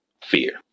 Fear